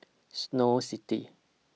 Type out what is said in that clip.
Snow City